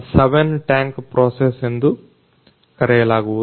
7 tank process ಎಂದು ಕರೆಯಲಾಗುವುದು